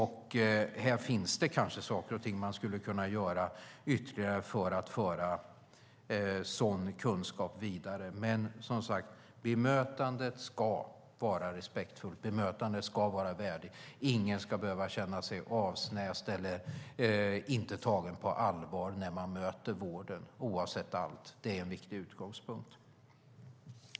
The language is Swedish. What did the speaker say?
Här finns kanske saker och ting som man skulle kunna göra ytterligare för att föra sådan kunskap vidare. Men bemötandet ska som sagt vara respektfullt och värdigt. Ingen ska behöva känna sig avsnäst eller inte tagen på allvar när man möter vården oavsett allt. Det är en viktig utgångspunkt.